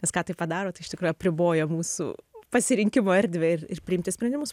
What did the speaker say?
nes ką tai padaro tai iš tikrųjų apriboja mūsų pasirinkimo erdvę ir ir priimti sprendimus